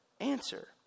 answer